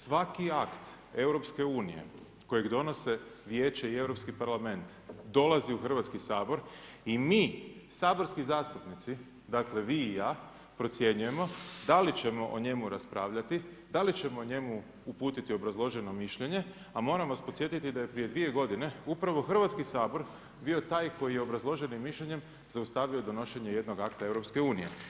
Svaki akt EU kojeg donose Vijeće i Europski parlament dolazi u Hrvatski sabor i mi, saborski zastupnici, dakle vi i ja, procjenjujemo da li ćemo o njemu raspravljati, da li ćemo o njemu uputiti obrazloženo mišljenje, a moram vas podsjetiti da je prije dvije godine upravo Hrvatski sabor bio taj koji je obrazloženim mišljenjem zaustavio donošenje jednog akata EU.